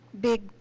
big